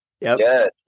Yes